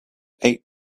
eight